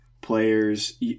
players